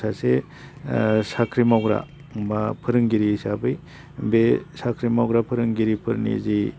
सासे साख्रि मावग्रा बा फोरोंगिरि हिसाबै बे साख्रि मावग्रा फोरोंगिरिफोरनि जि